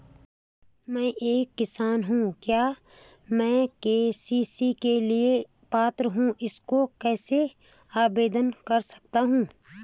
मैं एक किसान हूँ क्या मैं के.सी.सी के लिए पात्र हूँ इसको कैसे आवेदन कर सकता हूँ?